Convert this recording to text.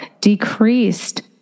decreased